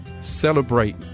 Celebrate